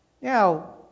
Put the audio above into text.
Now